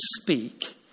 speak